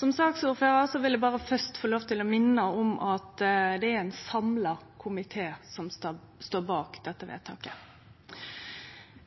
Som saksordførar vil eg først få lov til å minne om at det er ein samla komité som står bak dette vedtaket.